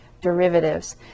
derivatives